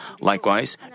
Likewise